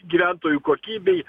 gyventojų kokybei